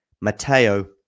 Matteo